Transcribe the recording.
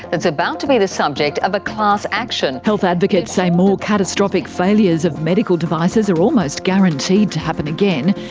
that's about to be the subject of a class action. health advocates say more catastrophic failures of medical devices are almost guaranteed to happen again,